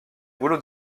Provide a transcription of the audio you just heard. boulot